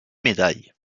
médailles